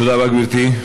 תודה רבה, גברתי.